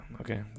okay